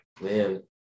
Man